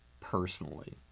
personally